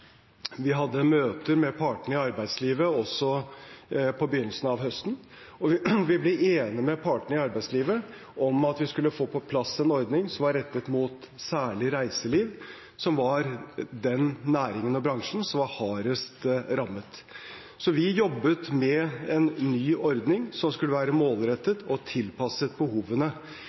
Vi hadde møter med partene i arbeidslivet også på begynnelsen av høsten, og vi ble enig med partene i arbeidslivet om at vi skulle få på plass en ordning som var rettet mot særlig reiseliv, som var den næringen og bransjen som var hardest rammet. Vi jobbet med en ny ordning som skulle være målrettet og tilpasset behovene.